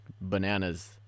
bananas